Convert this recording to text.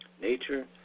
Nature